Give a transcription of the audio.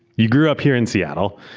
you grew up here in seattle,